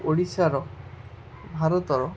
ଓଡ଼ିଶାର ଭାରତର